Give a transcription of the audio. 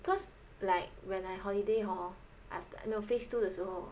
cause like when I holiday hor after no phase two 的时候